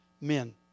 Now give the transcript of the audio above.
men